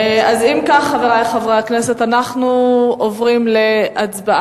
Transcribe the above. אם כך, חברי חברי הכנסת, אנחנו עוברים להצבעה.